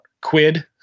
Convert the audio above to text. quid